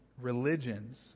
religions